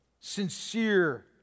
sincere